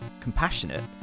compassionate